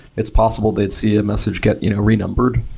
it's possible they'd see a message get you know renumbered.